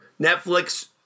Netflix